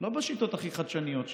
לא בשיטות הכי חדשניות שאפשר.